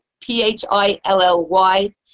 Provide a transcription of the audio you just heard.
P-H-I-L-L-Y